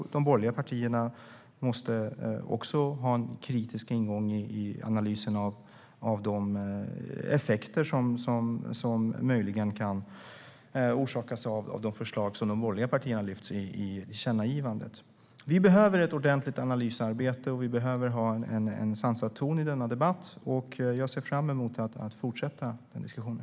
Också de borgerliga partierna måste ha en kritisk ingång i analysen av de effekter som möjligen kan orsakas av de förslag som de har lyft upp i tillkännagivandet. Vi behöver ett ordentligt analysarbete, och vi behöver en sansad ton i debatten. Jag ser fram emot att fortsätta diskussionen.